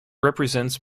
represents